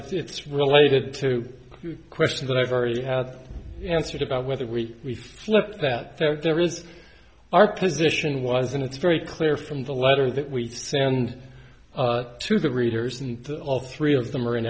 it's it's related to a question that i've already had answered about whether we reflect that there is our position was and it's very clear from the letter that we send to the readers and to all three of them are in